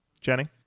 Jenny